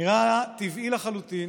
נראה טבעי לחלוטין